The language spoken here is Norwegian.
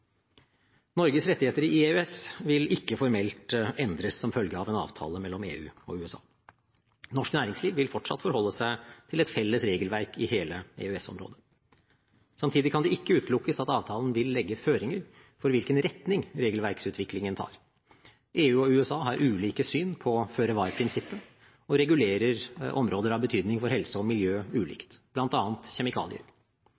Norges rettigheter i EØS vil ikke formelt endres som følge av en avtale mellom EU og USA. Norsk næringsliv vil fortsatt forholde seg til et felles regelverk i hele EØS-området. Samtidig kan det ikke utelukkes at avtalen vil legge føringer for hvilken retning regelverksutviklingen tar. EU og USA har ulikt syn på føre-var-prinsippet og regulerer områder av betydning for helse og miljø